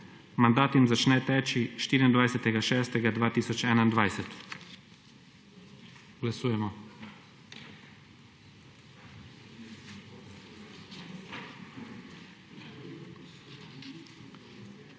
Mandat jim začne teči 24. 6. 2021. Glasujemo.